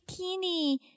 bikini